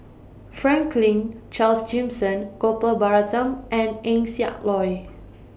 Franklin Charles Gimson Gopal Baratham and Eng Siak Loy